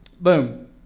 Boom